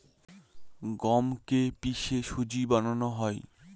গমকে কে পিষে সুজি বানানো হয়